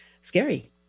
scary